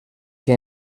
que